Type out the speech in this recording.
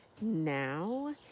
now